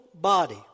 body